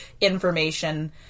information